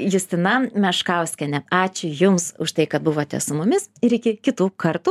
justina meškauskienė ačiū jums už tai kad buvote su mumis ir iki kitų kartų